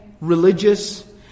religious